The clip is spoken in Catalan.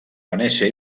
venècia